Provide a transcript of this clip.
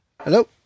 Hello